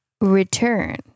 return